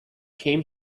came